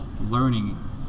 learning